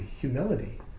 Humility